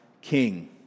king